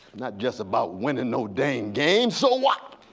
not just about winning no dang game. so what?